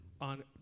on